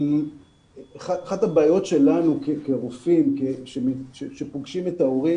אחת הבעיות שלנו כרופאים שפוגשים את ההורים